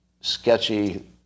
sketchy